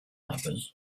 numbers